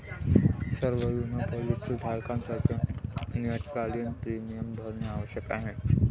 सर्व बिमा पॉलीसी धारकांसाठी नियतकालिक प्रीमियम भरणे आवश्यक आहे